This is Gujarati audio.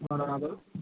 બરાબર